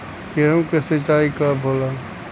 गेहूं के सिंचाई कब होला?